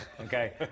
Okay